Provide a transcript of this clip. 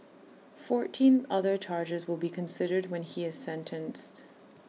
fourteen other charges will be considered when he is sentenced